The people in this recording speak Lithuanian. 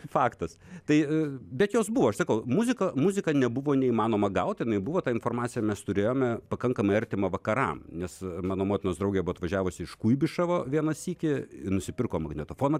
faktas tai bet jos buvo aš sakau muzika muzika nebuvo neįmanoma gaut jinai buvo tą informaciją mes turėjome pakankamai artimą vakaram nes mano motinos draugė buvo atvažiavusi iš kuibyševo vieną sykį nusipirko magnetofoną